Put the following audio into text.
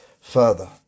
further